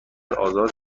آزاد